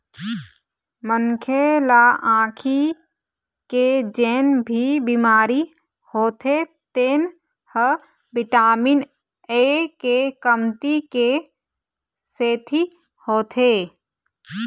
मनखे ल आँखी के जेन भी बिमारी होथे तेन ह बिटामिन ए के कमती के सेती होथे